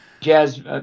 jazz